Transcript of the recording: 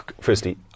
firstly